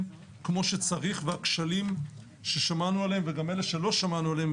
כמו שצריך והכשלים ששמענו עליהם וגם אלה שלא שמענו עליהם,